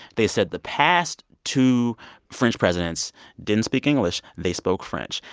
they said, the past two french presidents didn't speak english. they spoke french.